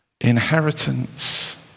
inheritance